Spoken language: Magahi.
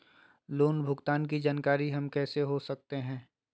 लोन भुगतान की जानकारी हम कैसे हो सकते हैं?